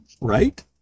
Right